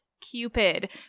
Cupid